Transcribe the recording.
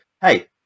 hey